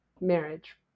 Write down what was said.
marriage